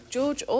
George